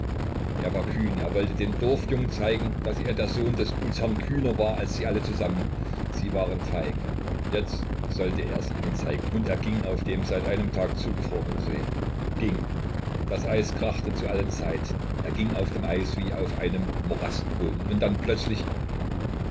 er war kühn er wollte den dorfjungen zeigen daß er der sohn des gutsherrn kühner war als sie alle zusammen sie waren feig jetzt sollte ers ihnen zeigen und er ging auf dem seit einem tage zugefrorenen see ging das eis krachte zu allen seiten er ging auf dem eis wie auf einem morastboden und dann plötzlich